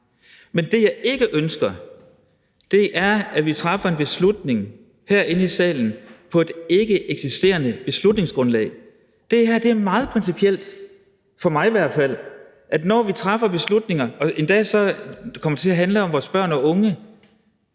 Men det, jeg ikke ønsker, er, at vi træffer en beslutning herinde i salen på et ikkeeksisterende beslutningsgrundlag. Det er meget principielt – i hvert fald for mig – at når vi træffer beslutninger, der endda kommer til at handle om vores børn og unge